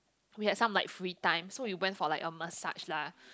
we had some like free time so we went for like a massage lah